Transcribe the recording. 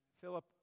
Philip